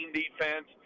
defense